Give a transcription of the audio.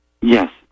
yes